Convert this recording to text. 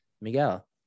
Miguel